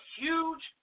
huge